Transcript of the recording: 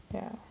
ya